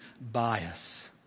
bias